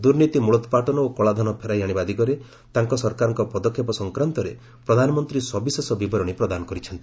ଦୁର୍ନୀତି ମୂଳୋତ୍ସାଟନ ଓ କଳାଧନ ଫେରାଇ ଆଶିବା ଦିଗରେ ତାଙ୍କ ସରକାରଙ୍କ ପଦକ୍ଷେପ ସଂକ୍ରାନ୍ତରେ ପ୍ରଧାନମନ୍ତ୍ରୀ ସବିଶେଷ ବିବରଣୀ ପ୍ରଦାନ କରିଛନ୍ତି